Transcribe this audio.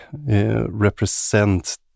represent